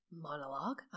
monologue